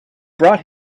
brought